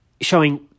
showing